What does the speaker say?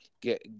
get